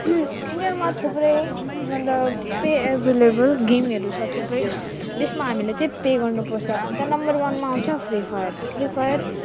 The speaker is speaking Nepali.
इन्डियामा थुप्रै मतलब पे एभएलेबल गेमहरू छ थुप्रै जसमा हामीले चाहिँ पे गर्नुपर्छ त्यहाँ नम्बर वनमा आउँछ फ्री फायर फ्री फायर